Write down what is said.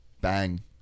Bang